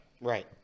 Right